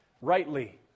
rightly